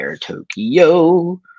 Tokyo